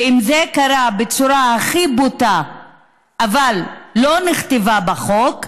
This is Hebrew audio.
ואם זה קרה בצורה הכי בוטה אבל לא נכתב בחוק,